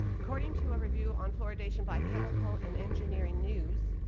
according to a review on fluoridation by chemical and engineering news,